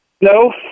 No